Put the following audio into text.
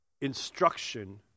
instruction